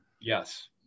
Yes